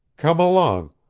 come along.